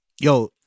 Yo